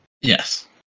Yes